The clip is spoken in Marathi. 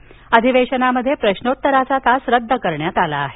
या अधिवेशनात प्रश्नोत्तराचा तास रद्द करण्यात आला आहे